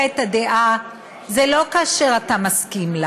את הדעה היא לא כאשר אתה מסכים לה,